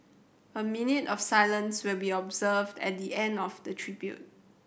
a minute of silence will be observed at the end of the tributes